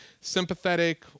sympathetic